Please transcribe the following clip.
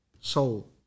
soul